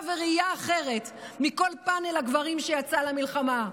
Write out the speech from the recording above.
וראייה אחרת מכל פאנל הגברים שיצא למלחמה.